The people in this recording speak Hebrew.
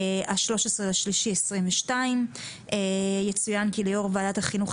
13 במרץ 2022. יצוין כי ליושב-ראש ועדת החינוך,